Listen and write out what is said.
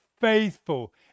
faithful